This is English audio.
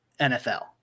NFL